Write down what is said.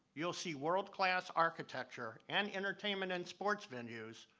you'll see world-class architecture and entertainment and sports venues,